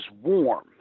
warm